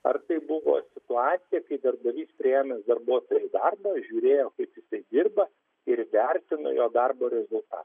ar tai buvo situacija kai darbdavys priėmęs darbuotoją į darbą žiūrėjo kaip dirba ir vertino jo darbo rezultatą